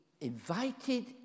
invited